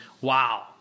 wow